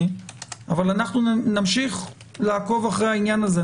אבל אנחנו נמשיך לעקוב אחרי העניין הזה,